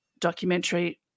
documentary